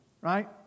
right